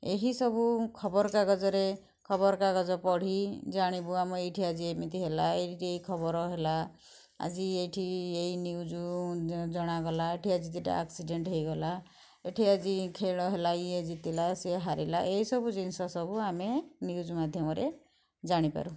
ଏହିସବୁ ଖବର କାଗଜରେ ଖବର କାଗଜ ପଢ଼ି ଜାଣିବୁ ଆମେ ଏଇଠି ଆଜି ଏମିତି ହେଲା ଏଇଠି ଏହା ଖବର ହେଲା ଆଜି ଏଇଠି ଏଇ ନ୍ୟୁଜ୍ ଜଣାଗଲା ଏଇଠି ଆଜି ଆକ୍ସିଡ଼େଣ୍ଟ୍ ହୋଇଗଲା ଏଠି ଆଜି ଖେଳ ହେଲା ୟେ ଜିତିଲା ସିଏ ହାରିଲା ଏଇ ସବୁଜିନିଷ ଆମେ ନ୍ୟୁଜ୍ ମାଧ୍ୟମରେ ଜାଣି ପାରୁ